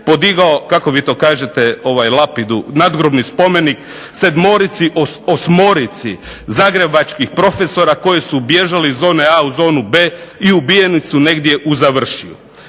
podigao kako vi to kažete lapidu, nadgrobni spomenik sedmorici, osmorici, zagrebačkih profesora koji su bježali iz zone A u zonu B i ubijeni su negdje u Završju.